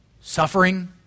Suffering